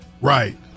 Right